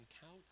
count